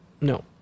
No